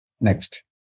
Next